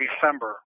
December